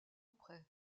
après